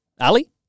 Ali